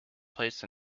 placed